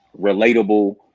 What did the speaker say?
relatable